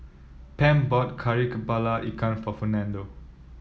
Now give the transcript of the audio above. Pam bought Kari kepala Ikan for Fernando